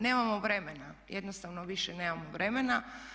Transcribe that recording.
Nemamo vremena, jednostavno više nemamo vremena.